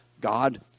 God